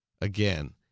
Again